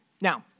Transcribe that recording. Now